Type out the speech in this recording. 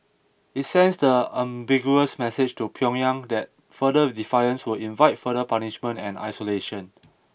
it sends the unambiguous message to Pyongyang that further defiance will invite further punishment and isolation